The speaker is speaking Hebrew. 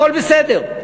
הכול בסדר.